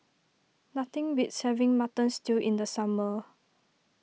nothing beats having Mutton Stew in the summer